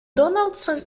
donaldson